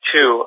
Two